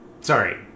Sorry